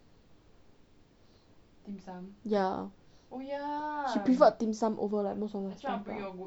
ya she prefer dim sum over most other things